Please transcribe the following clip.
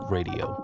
Radio